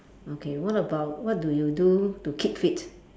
okay what about what do you do to keep fit